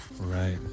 right